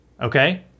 okay